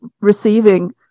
receiving